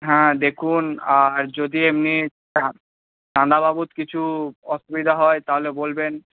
হ্যাঁ দেখুন আর যদি এমনি চাঁদা বাবদ কিছু অসুবিধা হয় তাহলে বলবেন